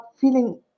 feeling